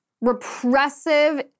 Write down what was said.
repressive